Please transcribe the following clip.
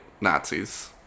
Nazis